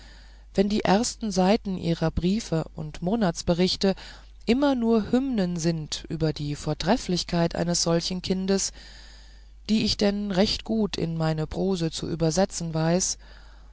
wenn die ersten seiten ihrer briefe und monatsberichte immer nur hymnen sind über die vortrefflichkeit eines solchen kindes die ich denn recht gut in meine prose zu übersetzen weiß